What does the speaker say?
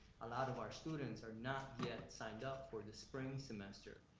a lot of our students are not yet signed up for the spring semester,